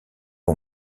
bon